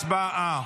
הצבעה.